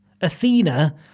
Athena